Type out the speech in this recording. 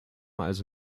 also